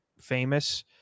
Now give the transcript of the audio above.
famous